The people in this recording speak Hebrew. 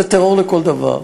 זה טרור לכל דבר.